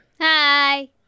Hi